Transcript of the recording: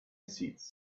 seeds